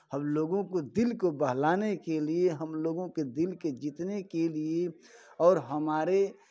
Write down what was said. हमलोगों को दिल को बहलाने के लिए हमलोगों के दिल के जीतने के लिए और हमारे